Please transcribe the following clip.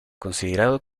considerado